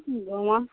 घुमऽ